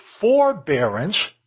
forbearance